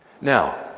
Now